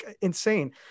insane